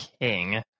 king